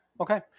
okay